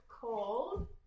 called